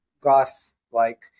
goth-like